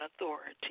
authority